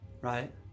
right